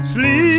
Sleep